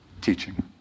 teaching